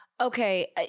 Okay